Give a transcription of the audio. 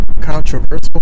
controversial